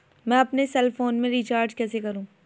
मैं अपने cell phone में रिचार्ज कैसे करूँ?